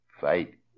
fight